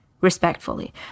respectfully